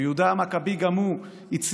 ויהודה המכבי גם הוא הצליח